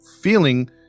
feeling